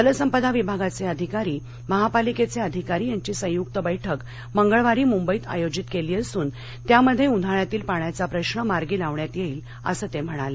जलसंपदा विभागाचे अधिकारी महापालिकेचे अधिकारी यांची संयुक्त बैठक मंगळवारी मुंबईत आयोजित केली असून त्यामध्ये उन्हाळ्यातील पाण्याचा प्रश्न मार्गी लावण्यात येईल असं ते म्हणाले